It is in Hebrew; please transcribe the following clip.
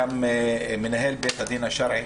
גם את מנהל בית הדין השרעי,